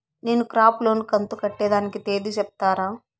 నేను crop loan కంతు కట్టేదానికి తేది సెప్తారా?